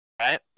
right